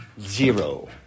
Zero